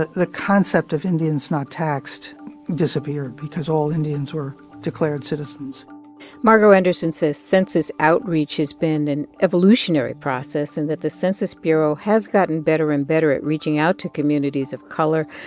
the the concept of indians not taxed disappeared because all indians were declared citizens margo anderson says census outreach has been an evolutionary process and that the census bureau has gotten better and better at reaching out to communities of color.